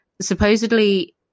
supposedly